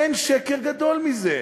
אין שקר גדול מזה.